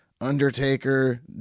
Undertaker